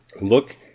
look